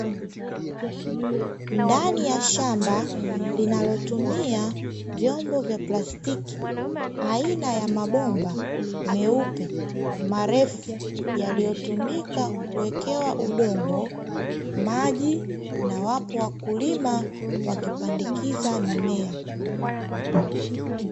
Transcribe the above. Ndani ya shamba linalotumia vyombo vya plastiki aina ya mabomba meupe marefu, yaliyotumika kuwekewa udongo, maji na wapo wakulima wakipandikiza mimea.